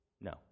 No